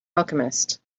alchemist